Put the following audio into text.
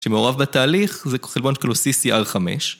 שמעורב בתהליך זה חלבון שקוראים לו CCR5.